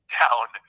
down